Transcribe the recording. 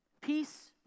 peace